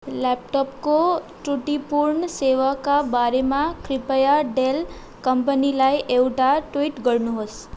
ल्यापटपको त्रुटिपूर्ण सेवाका बारेमा कृपया डेल कम्पनीलाई एउटा ट्विट गर्नुहोस्